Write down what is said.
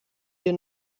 dir